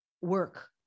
work